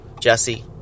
Jesse